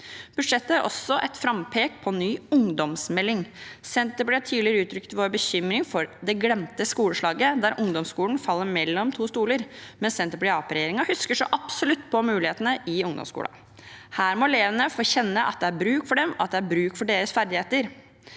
Budsjettet er også et frampek på ny ungdomsmelding. Senterpartiet har tidligere uttrykt bekymring for «det glemte skoleslaget», at ungdomsskolen faller mellom to stoler, men Senterparti–Arbeiderparti-regjeringen husker så absolutt på mulighetene i ungdomsskolen. Her må elevene få kjenne at det er bruk for dem, og at det er bruk for deres ferdigheter.